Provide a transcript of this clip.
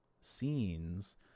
scenes